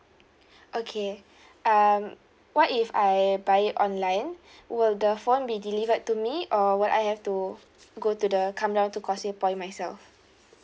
okay um what if I buy it online will the phone be delivered to me or will I have to go to the come down to causeway point myself